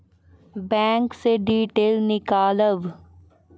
Bank से detail नीकालव?